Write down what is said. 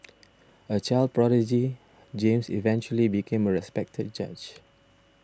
a child prodigy James eventually became a respected judge